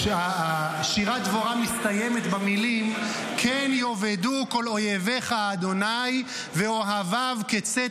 כששירת דבורה מסתיימת במילים: "כן יאבדו כל אויבך ה' ואֹהביו כצאת